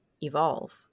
evolve